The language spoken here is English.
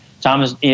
Thomas